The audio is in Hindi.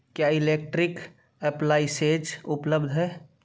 क्या इलेक्ट्रिक एप्लायंसेज उपलब्ध हैं